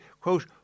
quote